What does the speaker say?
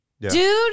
Dude